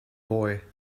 boy